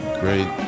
great